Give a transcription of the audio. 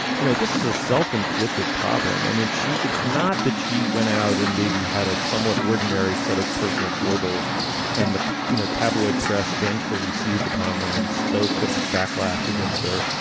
you know this is a self-inflicted problem. i mean she it's not that she went out and maybe had a somewhat ordinary sort of personal foibles and the you know tabloid press eventually seized upon them and stoked a backlash against her.